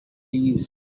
please